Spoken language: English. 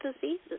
diseases